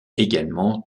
également